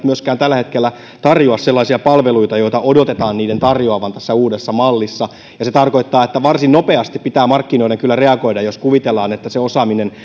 myöskään tällä hetkellä tarjoa sellaisia palveluita joita niiden odotetaan tarjoavan tässä uudessa mallissa se tarkoittaa että varsin nopeasti pitää markkinoiden kyllä reagoida jos kuvitellaan että se osaaminen